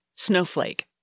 Snowflake